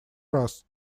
раз